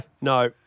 No